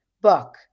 book